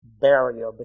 barrier